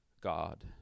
God